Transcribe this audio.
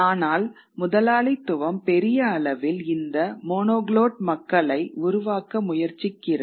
ஆனால் முதலாளித்துவம் பெரிய அளவில் இந்த மோனோக்ளோட் மக்களை உருவாக்க முயற்சிக்கிறது